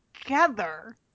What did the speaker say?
together